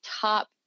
top